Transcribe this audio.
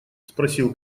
спросил